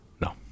no